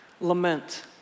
lament